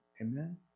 Amen